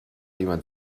jemand